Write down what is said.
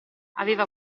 aveva